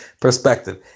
perspective